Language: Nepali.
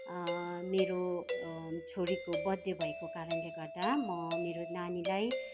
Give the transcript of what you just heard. मेरो छोरीको बर्थडे भएको कारणले गर्दा म मेरो नानीलाई